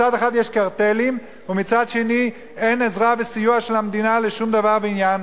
מצד אחד יש קרטלים ומצד שני אין עזרה וסיוע של המדינה לשום דבר ועניין.